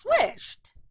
switched